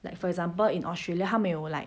like for example in australia 他们有 like